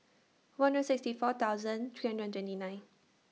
one hundred sixty four thousand three hundred and twenty nine